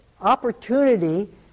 opportunity